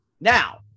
Now